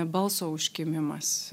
balso užkimimas